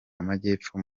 amajyepfo